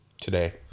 today